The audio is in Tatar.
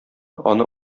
аны